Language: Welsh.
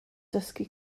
dysgu